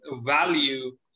value